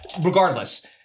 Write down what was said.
regardless